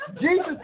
Jesus